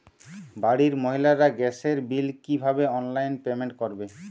বাড়ির মহিলারা গ্যাসের বিল কি ভাবে অনলাইন পেমেন্ট করবে?